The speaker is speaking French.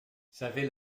savaient